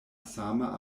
sama